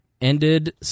ended